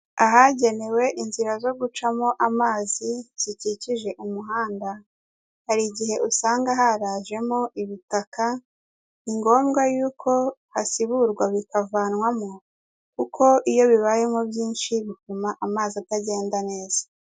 Ahagenewe inzira zo gucamo amazi zikikije umuhanda, hari igihe usanga harajemo ibitaka, ni ngombwa yuko hasiburwa bikavanwamo kuko iyo bibayemo byinshi bituma amazi atagenda neza.